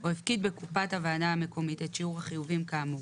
או הפקיד בקופת הוועדה המקומית את שיעור החיובים כאמור,